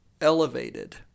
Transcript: elevated